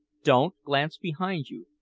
don't glance behind you.